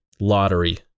lottery